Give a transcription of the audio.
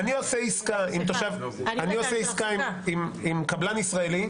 אני עושה עסקה עם קבלן ישראלי.